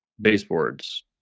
baseboards